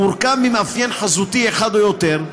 המורכב ממאפיין חזותי אחד או יותר,